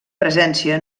presència